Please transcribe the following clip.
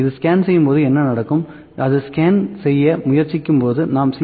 இது ஸ்கேன் செய்யும் போது என்ன நடக்கும் அது ஸ்கேன் செய்ய முயற்சிக்கும்போது நாம் C